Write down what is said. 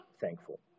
thankful